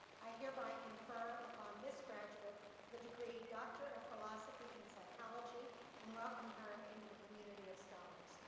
i hereby confer upon this graduate the degree doctor of philosophy in psychology and welcome her into the community of scholars.